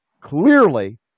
clearly